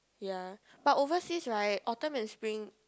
ya but overseas right autumn and spring